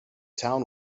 town